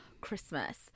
Christmas